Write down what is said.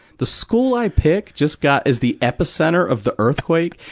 the school i picked just got is the epicenter of the earthquake?